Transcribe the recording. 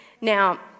Now